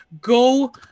Go